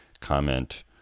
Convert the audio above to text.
comment